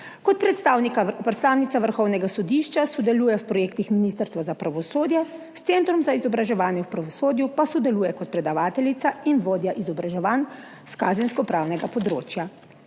Kot predstavnica Vrhovnega sodišča sodeluje v projektih Ministrstva za pravosodje, s Centrom za izobraževanje v pravosodju pa sodeluje kot predavateljica in vodja izobraževanj s kazenskopravnega področja.